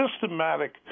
systematic